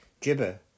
Jibber